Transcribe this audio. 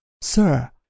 Sir